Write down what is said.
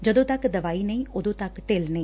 ਜਦੋਂ ਤੱਕ ਦਵਾਈ ਨਹੀਂ ਉਦੋਂ ਤੱਕ ਢਿੱਲ ਨਹੀਂ